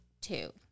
two